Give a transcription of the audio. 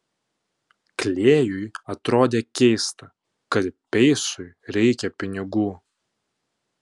klėjui atrodė keista kad peisui reikia pinigų